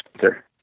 sir